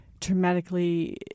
traumatically